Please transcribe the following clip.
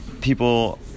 people